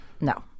No